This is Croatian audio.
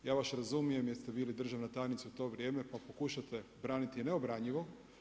Ja vas razumijem jer ste bili državna tajnica u to vrijeme pa pokušate braniti neobranjivo.